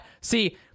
see